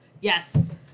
Yes